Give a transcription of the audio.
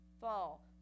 fall